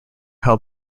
held